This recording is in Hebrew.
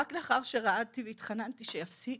רק אחרי שרעדתי והתחננתי שיפסיק,